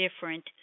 different